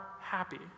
happy